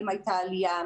האם הייתה עלייה,